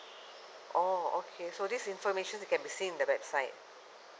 oh okay so this information can be seen in the website